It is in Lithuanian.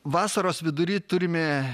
vasaros vidury turime